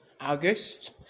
August